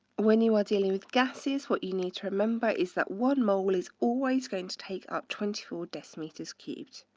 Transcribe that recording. when you are dealing with gases, what you need to remember is that one mole is always going to take up twenty four decimeters cubed.